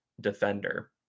defender